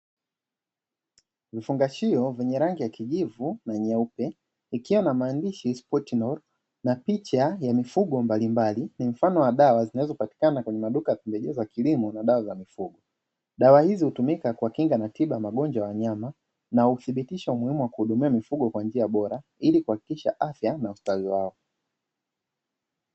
Vifungashio vyenye rangi ya kijivu na ni nyeupe ikiwa na maandishi "sportsnol", na picha ya mifugo mbalimbali ni mfano wa dawa zinazopatikana kwenye maduka ya pembejeo za kilimo na dawa za mifugo. Dawa hizo hutumika kwa kinga na tiba ya magonjwa ya wanyama na uthibitisho umuhimu wa kuhudumia mifugo kwa njia bora ili kuhakikisha afya na ustawi wao.